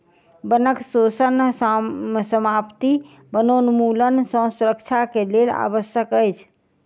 वनक शोषण समाप्ति वनोन्मूलन सँ सुरक्षा के लेल आवश्यक अछि